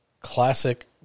classic